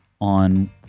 on